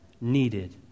needed